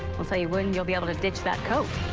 we'll tell you when you'll be able to ditch that coat.